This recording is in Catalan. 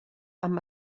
amb